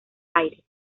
aires